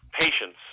Patience